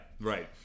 right